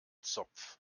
zopf